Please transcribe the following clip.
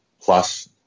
plus